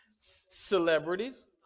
Celebrities